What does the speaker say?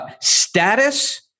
Status